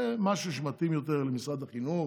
זה משהו שמתאים יותר למשרד החינוך,